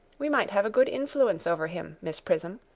we might have a good influence over him, miss prism.